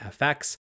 FX